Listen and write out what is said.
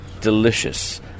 delicious